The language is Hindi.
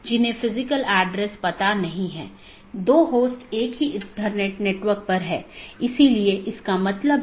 तो यह ऐसा नहीं है कि यह OSPF या RIP प्रकार के प्रोटोकॉल को प्रतिस्थापित करता है